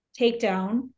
Takedown